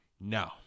No